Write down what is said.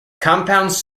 compounds